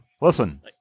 Listen